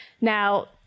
Now